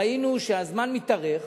ראינו שהזמן מתארך,